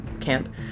camp